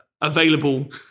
available